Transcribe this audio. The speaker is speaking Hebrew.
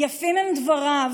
יפים הם דבריו